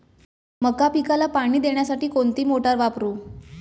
मका पिकाला पाणी देण्यासाठी कोणती मोटार वापरू?